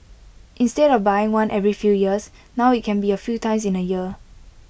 instead of buying one every few years now IT can be A few times in A year